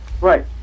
Right